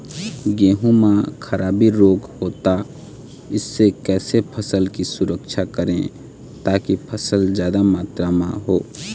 गेहूं म खराबी रोग होता इससे कैसे फसल की सुरक्षा करें ताकि फसल जादा मात्रा म हो?